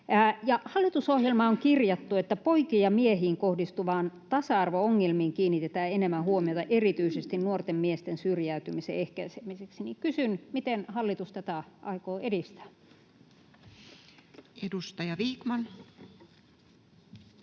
hallitusohjelmaan on kirjattu, että poikiin ja miehiin kohdistuviin tasa-arvo-ongelmiin kiinnitetään enemmän huomiota erityisesti nuorten miesten syrjäytymisen ehkäisemiseksi, niin kysyn: miten hallitus tätä aikoo edistää? [Speech 126]